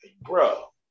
bro